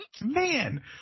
Man